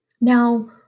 Now